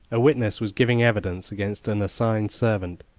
a witness was giving evidence against an assigned servant,